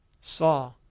saw